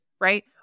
Right